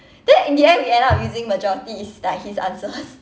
then in the end we end up using majority it's like his answers